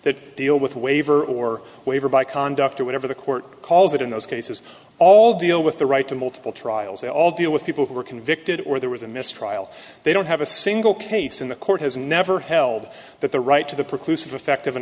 that deal with waiver or waiver by conduct or whatever the court calls it in those cases all deal with the right to multiple trials they all deal with people who were convicted or there was a mistrial they don't have a single case in the court has never held that the right to the precludes of effect